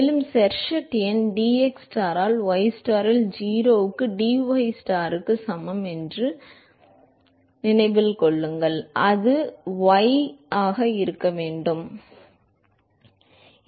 மேலும் ஷெர்வுட் எண் dxstar ஆல் ystar இல் 0 dystar க்கு சமமான dCAstar ஆகும் அது y ஆக இருக்க வேண்டும் மன்னிக்கவும்